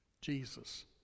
Jesus